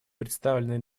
представленный